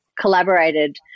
collaborated